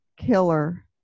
killer